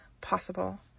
possible